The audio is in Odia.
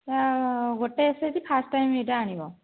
ଗୋଟେ S H G first time ଏଇଟା ଆଣିବ